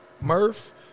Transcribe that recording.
Murph